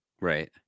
Right